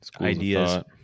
ideas